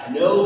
no